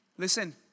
Listen